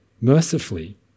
mercifully